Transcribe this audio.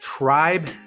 tribe